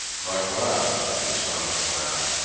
buck laughed, as dogs laugh,